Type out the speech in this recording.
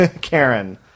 Karen